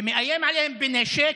ומאיים עליהם בנשק,